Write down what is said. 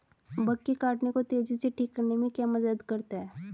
Bug के काटने को तेजी से ठीक करने में क्या मदद करता है?